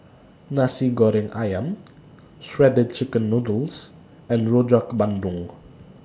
Nasi Goreng Ayam Shredded Chicken Noodles and Rojak Bandung